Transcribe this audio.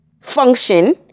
function